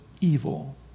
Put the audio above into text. evil